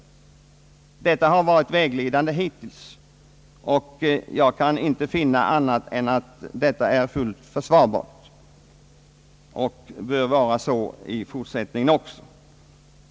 Detta har varit en vägledande princip hittills, och jag kan inte finna annat än att den är fullt försvarlig. Den principen bör gälla också i fortsättningen.